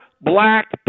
black